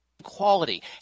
quality